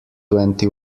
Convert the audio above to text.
twenty